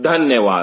धन्यवाद